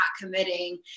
committing